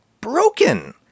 broken